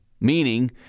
meaning